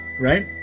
Right